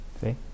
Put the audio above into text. See